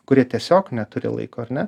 kurie tiesiog neturi laiko ar ne